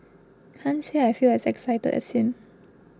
can't say I feel as excited as him